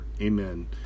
Amen